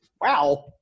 wow